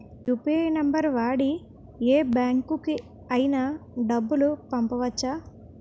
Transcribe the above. UPI number వాడి యే బ్యాంకుకి అయినా డబ్బులు పంపవచ్చ్చా?